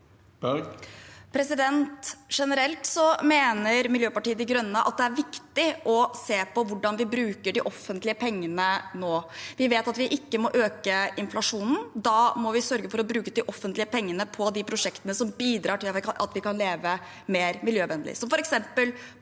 Gene- relt mener Miljøpartiet De Grønne at det er viktig å se på hvordan vi bruker de offentlige pengene nå. Vi vet at vi ikke må øke inflasjonen. Da må vi sørge for å bruke de offentlige pengene på de prosjektene som bidrar til at vi kan leve mer miljøvennlig,